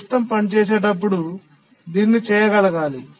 system పనిచేసేటప్పుడు దీన్ని చేయగలగాలి